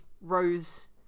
rose